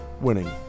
winning